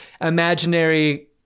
imaginary